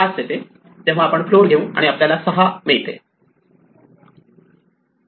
5 येते तेव्हा आपण फ्लोअर घेऊ आणि आपल्याला 6 असे मिळते